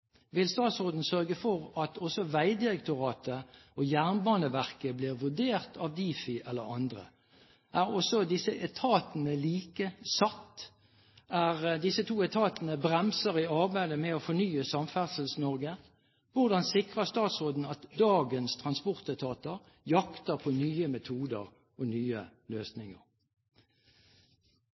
Vil statsråden sørge for at også Vegdirektoratet og Jernbaneverket blir vurdert av Difi eller andre? Er også disse to etatene like «satt»? Er disse to etatene bremser i arbeidet med å fornye Samferdsels-Norge? Hvordan sikrer statsråden at dagens transportetater jakter på nye metoder og nye løsninger?